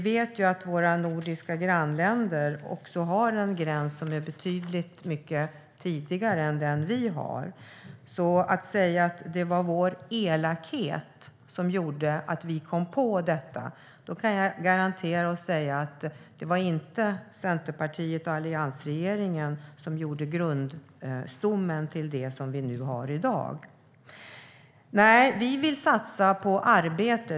Våra nordiska grannländer har också en gräns som går betydligt mycket tidigare än den vi har. När det gäller att det skulle ha varit vår elakhet som gjorde att vi kom på detta kan jag garantera att det inte var Centerpartiet och alliansregeringen som gjorde grundstommen till det som vi har i dag. Vi vill satsa på arbete.